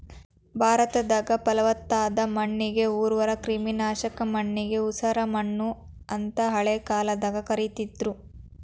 ಭಾರತದಾಗ, ಪಲವತ್ತಾದ ಮಣ್ಣಿಗೆ ಉರ್ವರ, ಕ್ರಿಮಿನಾಶಕ ಮಣ್ಣಿಗೆ ಉಸರಮಣ್ಣು ಅಂತ ಹಳೆ ಕಾಲದಾಗ ಕರೇತಿದ್ರು